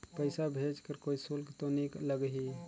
पइसा भेज कर कोई शुल्क तो नी लगही?